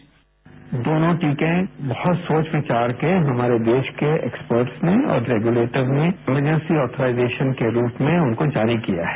bite दोनों टीके बहुत सोच विचार के हमारे देश के एक्सपर्टस ने और रेगुलेटर ने इमरजेंसी ऑथराइजेशन के रूप में उनको जारी किया है